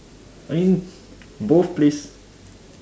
I mean both place